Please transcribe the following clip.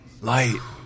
Light